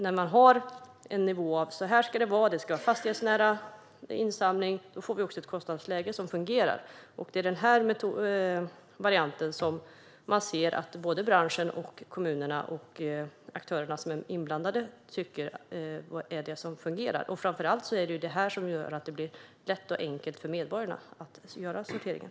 När vi har en nivå för hur det ska vara, att det ska vara fastighetsnära insamling, då får vi också ett kostnadsläge som fungerar. Det är den varianten som man kan se att både branschen och kommunerna och övriga inblandade aktörer tycker är det som fungerar. Framför allt är det ju det här som gör att det blir lätt och enkelt för medborgarna att göra sorteringen.